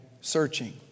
searching